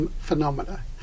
phenomena